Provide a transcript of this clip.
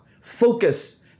Focus